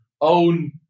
own